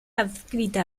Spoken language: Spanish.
adscrita